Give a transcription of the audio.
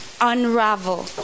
unravel